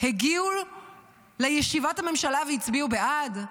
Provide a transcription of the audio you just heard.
שהגיעו לישיבת הממשלה והצביעו בעד?